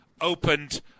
opened